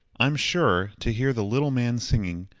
i'm sure, to hear the little man singing,